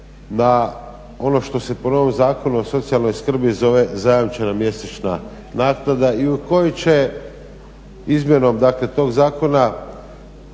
na ono što se po novom Zakonu o socijalnoj skrbi zove zajamčena mjesečna naknada i u kojoj će izmjenom dakle tog zakona